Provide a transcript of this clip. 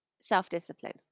self-discipline